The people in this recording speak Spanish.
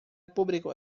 público